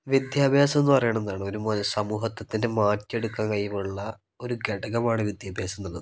വിദ്യാഭ്യാസം എന്ന് പറയുന്നത് എന്താണ് ഒരു സമൂഹത്തിത്തിൻ്റെ മാറ്റിയെടുക്കാൻ കഴിവുള്ള ഒരു ഘടകമാണ് വിദ്യാഭ്യാസം എന്നത്